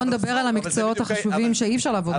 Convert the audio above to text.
בואו נדבר על מקצועות חשובים שאי-אפשר לעבוד מהבית.